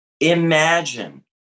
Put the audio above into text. Imagine